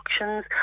auctions